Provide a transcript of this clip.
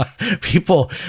people